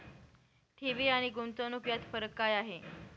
ठेवी आणि गुंतवणूक यात फरक काय आहे?